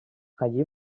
allí